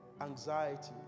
anxiety